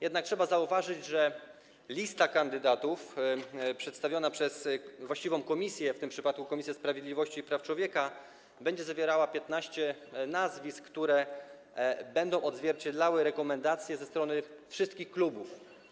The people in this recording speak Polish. Jednak trzeba zauważyć, że lista kandydatów przedstawiona przez właściwą komisję, w tym przypadku Komisję Sprawiedliwości i Praw Człowieka, będzie zawierała 15 nazwisk, które będą odzwierciedlały rekomendacje ze strony wszystkich klubów.